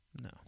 No